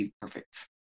perfect